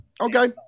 Okay